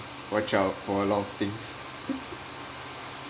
watch out for a lot of things